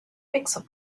pixel